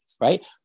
right